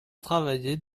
travailler